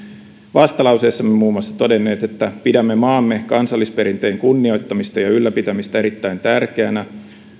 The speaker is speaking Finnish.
vastalauseessamme muun muassa todenneet että pidämme maamme kansallisperinteen kunnioittamista ja ylläpitämistä erittäin tärkeänä